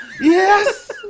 Yes